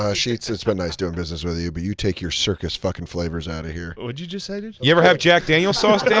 ah sheetz, it's been nice doing business with you, but you take your circus fucking flavors out of here. what'd you just say? you ever have jack daniel's sauce,